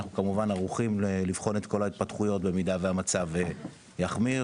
אנחנו כמובן ערוכים לבחון את כל ההתפתחויות במידה והמצב יחמיר,